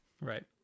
Right